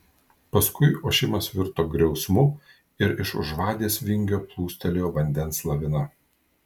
paskui ošimas virto griausmu ir iš už vadės vingio plūstelėjo vandens lavina